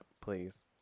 please